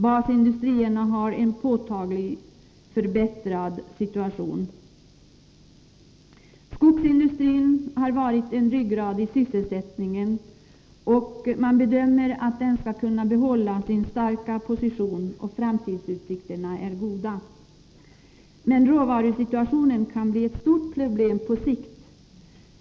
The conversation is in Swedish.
Basindustrierna har en påtagligt förbättrad situation. Skogsindustrin har varit en ryggrad i sysselsättningen. Man bedömer att den skall kunna behålla sin starka position, och framtidsutsikterna är goda. Men råvarusituationen kan bli ett stort problem på sikt.